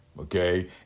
Okay